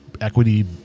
equity